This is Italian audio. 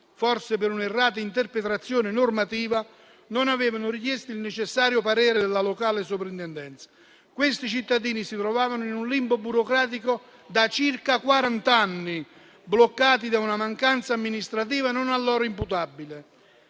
forse per un'errata interpretazione normativa, non avevano richiesto il necessario parere della locale Sovrintendenza. Questi cittadini si trovavano in un limbo burocratico da circa quarant'anni, bloccati da una mancanza amministrativa ad essi non imputabile.